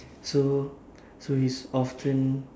so so he's often